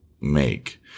make